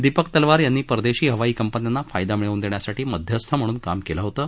दीपक तलवार यांनी परदेशी हवाई कंपन्यांना फायदा मिळवून देण्यासाठी मध्यस्थ म्हणून काम केलं होतं